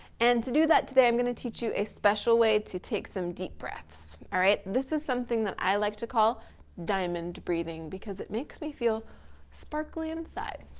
and to do that today, i'm gonna teach you a special way to take some deep breaths, all right? this is something that i like to call diamond breathing, because it makes me feel sparkly inside.